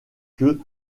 que